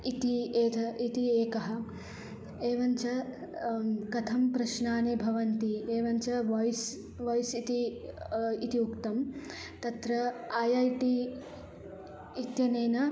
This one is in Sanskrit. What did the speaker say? इति एकः इति एकः एवञ्च कथं प्रश्नानि भवन्ति एवञ्च वाय्स् वाय्स् इति इति उक्तं तत्र ऐ ऐ टि इत्यनेन